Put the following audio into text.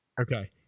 Okay